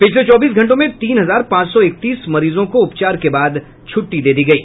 पिछले चौबीस घंटों में तीन हजार पांच सौ इकतीस मरीजों को उपचार के बाद छुट्टी दी गयी